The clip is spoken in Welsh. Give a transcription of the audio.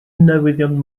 newyddion